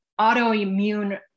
autoimmune